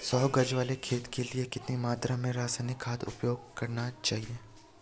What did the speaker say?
सौ गज वाले खेत के लिए कितनी मात्रा में रासायनिक खाद उपयोग करना चाहिए?